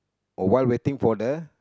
or while waiting for the